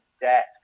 debt